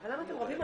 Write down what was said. אבל זה מעוגן.